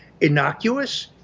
innocuous